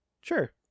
Sure